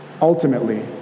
ultimately